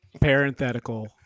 Parenthetical